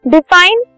Define